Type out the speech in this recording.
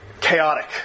chaotic